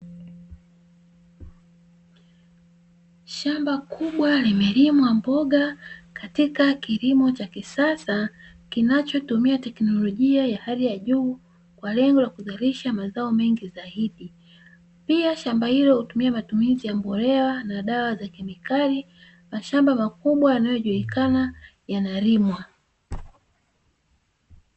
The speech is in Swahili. Shamba kubwa limelimwa mboga katika kilimo cha kisasa kinachotumia teknolojia ya hali ya juu kwa lengo la kuzalisha mazao mengi zaidi, pia shamba hilo hutumia matumizi ya mbolea na dawa za kemikali mashamba makubwa yanayoonekana yanalimwa.